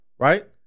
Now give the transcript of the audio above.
right